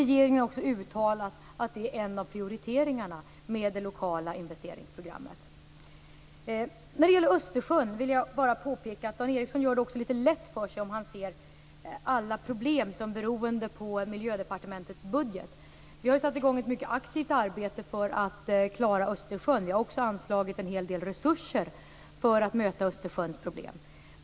Regeringen har också uttalat att det lokala investeringsprogrammet är en av de prioriterade åtgärderna. När det gäller Östersjön vill jag bara påpeka att Dan Ericsson gör det litet lätt för sig när han ser det som att alla problem beror på Miljödepartementets budget. Vi har satt i gång ett mycket aktivt arbete för att klara Östersjön och också anslagit en hel del resurser för att möta dessa svårigheter.